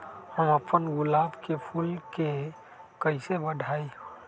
हम अपना गुलाब के फूल के कईसे बढ़ाई?